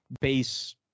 base